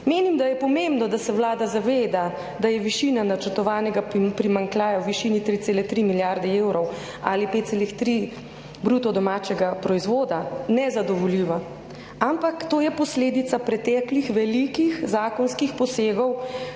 Menim, da je pomembno, da se Vlada zaveda, da je višina načrtovanega primanjkljaja v višini 3,3 milijarde evrov ali 5,3 bruto domačega proizvoda, nezadovoljiva, ampak to je posledica preteklih velikih zakonskih posegov